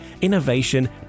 innovation